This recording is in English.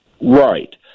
Right